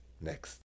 next